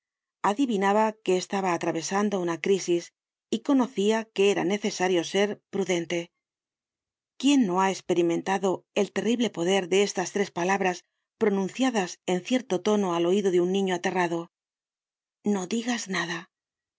adivinaba que estaba atravesando una crisis y conocia que era necesario ser prudente quién no ha esperimentado el terrible poder de estas tres palabras pronunciadas en cierto tono al oido de un niño aterrado no digas nada